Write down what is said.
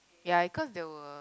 ya it cause they were